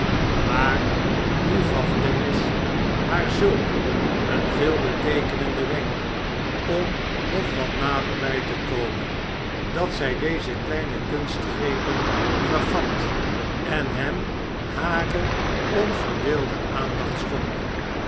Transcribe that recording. maar nu gaf dennis haar zulk een veelbeteekenenden wenk om nog wat naderbij te komen dat zij deze kleine kunstgrepen vergat en hem hare onverdeelde aandacht schonk